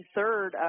third